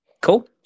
Cool